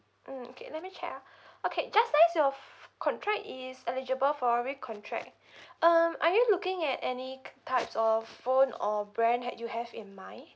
mm okay let me check ah okay just nice your contract is eligible for re-contract um are you looking at any types of phone or brand that you have in mind